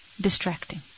distracting